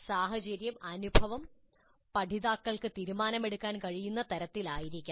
സാഹചര്യം അനുഭവം പഠിതാക്കൾക്ക് തീരുമാനങ്ങളെടുക്കാൻ കഴിയുന്ന തരത്തിൽ ആയിരിക്കണം